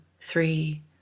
three